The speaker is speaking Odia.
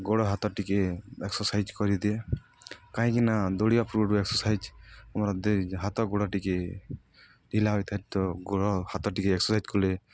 ଗୋଡ଼ ହାତ ଟିକେ ଏକ୍ସର୍ସାଇଜ୍ କରିଦିଏ କାହିଁକିନା ଦୌଡ଼ିବା ପୂର୍ବରୁ ଏକ୍ସରସାଇଜ୍ ଆମର ହାତ ଗୋଡ଼ ଟିକେ ଢିଲା ହୋଇଥାଏ ତ ଗୋଡ଼ ହାତ ଟିକେ ଏକ୍ସର୍ସାଇଜ୍ କଲେ